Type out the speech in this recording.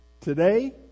Today